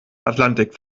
atlantik